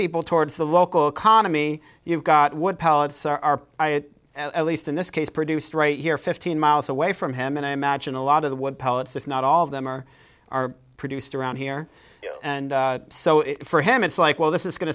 people towards the local economy you've got wood pellets are at least in this case produced right here fifteen miles away from him and i imagine a lot of the wood pellets if not all of them are are produced around here and so for him it's like well this is going